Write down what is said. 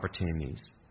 opportunities